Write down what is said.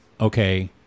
okay